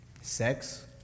sex